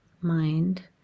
mind